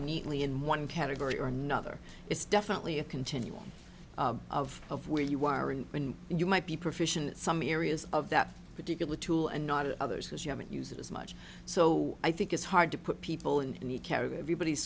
neatly in one category or another it's definitely a continuum of of where you are and when you might be proficiency some areas of that particular tool and not others as you haven't used it as much so i think it's hard to put people in the care of everybody